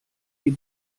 die